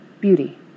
beauty